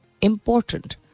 important